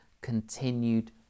continued